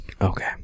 Okay